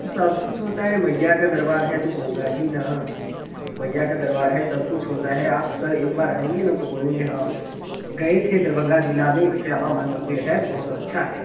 सब कुछ होता है मैया का दरवार है तो होंगा ही ना मैया का दरवार है सब कुछ होता है आप सर एक बार आएँगे ना तो बोलेंगे हाँ गए थे दरभंगा जिला में एक श्यामा माई मंदिर है बहुत अच्छा है